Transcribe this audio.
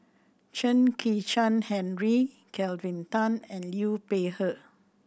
Chen Kezhan Henri Kelvin Tan and Liu Peihe